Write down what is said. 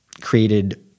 created